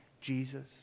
Jesus